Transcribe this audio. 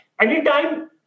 Anytime